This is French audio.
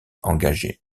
engagés